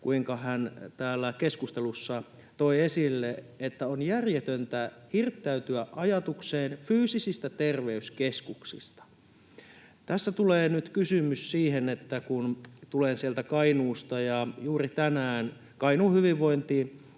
kuinka hän täällä keskustelussa toi esille, että on järjetöntä hirttäytyä ajatukseen fyysisistä terveyskeskuksista. Tässä tulee nyt kysymys siitä, että... Tulen sieltä Kainuusta, ja juuri tänään Kainuun hyvinvointialueen